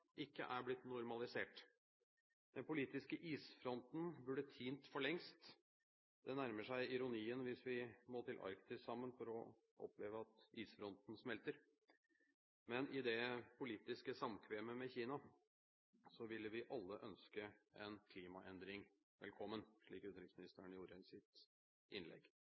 ikke er blitt normalisert. Den politiske isfronten burde tint for lengst. Det nærmer seg ironien hvis vi må til Arktis sammen for å oppleve at isfronten smelter. Men i det politiske samkvemmet med Kina ville vi alle ønske en klimaendring velkommen, slik utenriksministeren gjorde i sitt innlegg.